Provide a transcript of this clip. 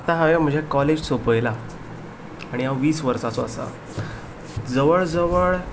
आतां हांवें म्हजें कॉलेज सोंपयलां आनी हांव वीस वर्साचों आसा